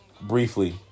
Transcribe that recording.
briefly